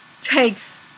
takes